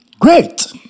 Great